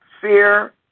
Fear